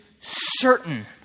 certain